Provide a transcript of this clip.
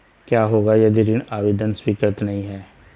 क्या होगा यदि ऋण आवेदन स्वीकृत नहीं है?